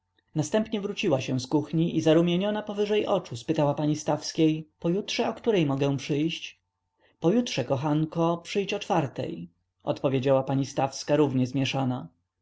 następnie wróciła się z kuchni i zarumieniona powyżej oczu spytała pani stawskiej pojutrze o której mogę przyjść pojutrze kochanko przyjdź o czwartej odpowiedziała pani stawska również zmieszana